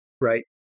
Right